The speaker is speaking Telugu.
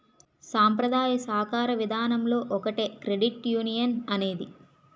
సాంప్రదాయ సాకార విధానంలో ఒకటే క్రెడిట్ యునియన్ అనేది